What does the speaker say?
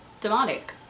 demonic